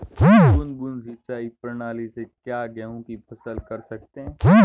बूंद बूंद सिंचाई प्रणाली से क्या गेहूँ की फसल कर सकते हैं?